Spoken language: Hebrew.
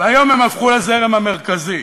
והיום הם הפכו לזרם המרכזי.